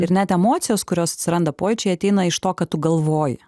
ir net emocijos kurios atsiranda pojūčiai ateina iš to kad tu galvoji